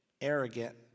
arrogant